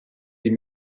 die